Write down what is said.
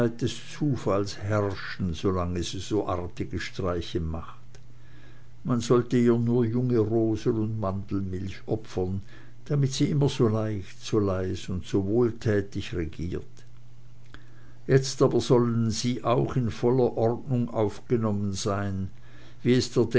des zufalls herrschen solange sie so artige streiche macht man sollte ihr nur junge rosen und mandelmilch opfern damit sie immer so leicht so leis und so wohltätig regiert jetzt aber sollen sie auch in aller ordnung aufgenommen sein wie es der